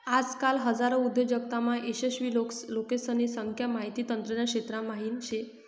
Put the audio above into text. आजकाल हजारो उद्योजकतामा यशस्वी लोकेसने संख्या माहिती तंत्रज्ञान क्षेत्रा म्हाईन शे